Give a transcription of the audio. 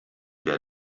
der